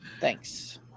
Thanks